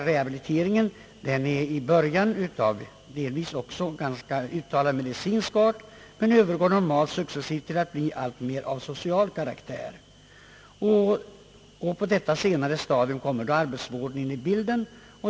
Medicinalstyrelsen säger att rehabiliteringen i början främst är av medicinsk art men att den normalt successivt övergår till att bli alltmer av social karaktär. På detta senare stadium kommer arbetsvården in i bilden.